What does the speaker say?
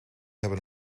hebben